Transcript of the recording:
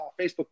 Facebook